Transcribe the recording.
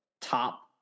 top